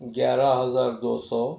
گیارہ ہزار دو سو